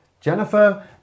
Jennifer